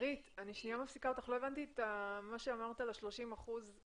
לא הבנתי את מה שאמרת על ה-30%.